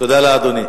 תודה לאדוני.